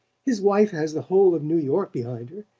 his wife has the whole of new york behind her,